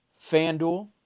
FanDuel